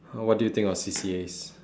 !huh! what do you think of C_C_As